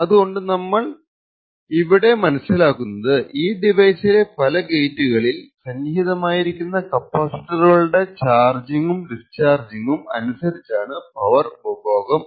അതുകൊണ്ട് ആദ്യം നമ്മൾ ഇവിടെ മനസ്സിലാക്കുന്നത് ഈ ഡിവൈസിലെ പല ഗേറ്റുകളിൽ സന്നിഹിതമായിരിക്കുന്ന കപ്പാസിറ്ററുകളുടെ ചാർജിങും ഡിസ്ചാർജിങും അനുസരിച്ചാണ് പവർ ഉപഭോഗം